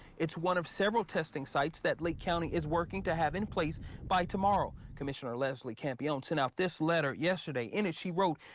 it's one of several testing sites that lee county is working to have in place by tomorrow commissioner lesley camp yeltsin out this letter yesterday in it she wrote.